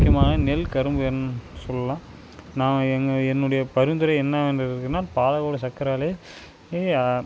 முக்கியமாக நெல் கரும்புன்னு சொல்லலாம் நாங்கள் எங்கள் என்னுடைய பரிந்துரை என்னவென்று கேட்டீங்கன்னா பாலக்கோடு சக்கரை ஆலை